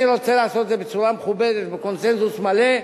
אני רוצה לעשות את זה בצורה מכובדת ובקונסנזוס מלא.